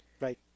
right